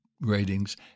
ratings